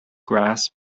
grass